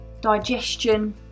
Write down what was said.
digestion